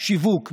שיווק,